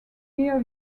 hear